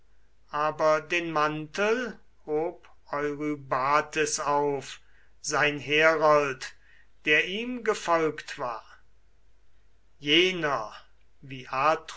aber den mantel hob eurybates auf sein herold der ihm gefolgt war welchen der